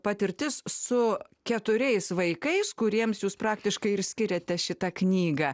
patirtis su keturiais vaikais kuriems jūs praktiškai ir skiriate šitą knygą